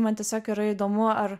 man tiesiog yra įdomu ar